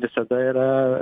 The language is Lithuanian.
visada yra